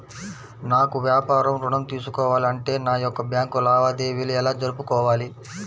నాకు వ్యాపారం ఋణం తీసుకోవాలి అంటే నా యొక్క బ్యాంకు లావాదేవీలు ఎలా జరుపుకోవాలి?